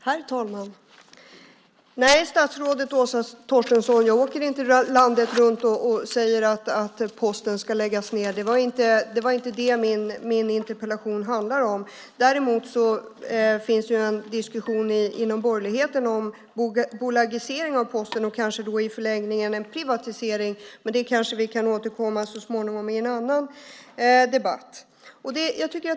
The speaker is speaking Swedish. Herr talman! Nej, statsrådet Åsa Torstensson, jag åker inte landet runt och säger att Posten ska läggas ned. Det är inte det min interpellation handlar om. Däremot finns en diskussion inom borgerligheten om en bolagisering av Posten och kanske i förlängningen en privatisering. Men det kanske vi kan återkomma till så småningom i en annan debatt.